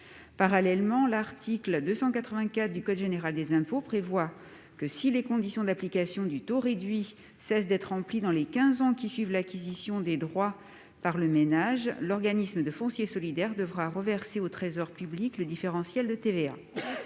Parallèlement, l'article 284 du code général des impôts prévoit que, si les conditions d'application du taux réduit cessent d'être remplies dans les quinze ans qui suivent l'acquisition des droits par le ménage, l'organisme de foncier solidaire devra reverser au Trésor public le différentiel de TVA.